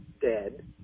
dead